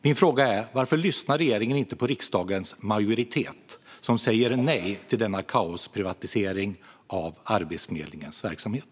Min fråga är: Varför lyssnar regeringen inte på riksdagens majoritet, som säger nej till denna kaosprivatisering av Arbetsförmedlingens verksamhet?